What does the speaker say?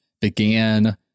began